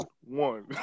one